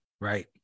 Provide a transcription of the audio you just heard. Right